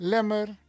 Lemmer